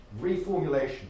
reformulation